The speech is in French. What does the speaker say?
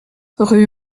rue